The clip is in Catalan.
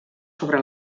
sobre